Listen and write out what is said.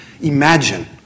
imagine